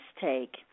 take